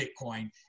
Bitcoin